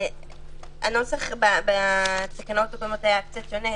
הנוסח בתקנות היה קצת שונה.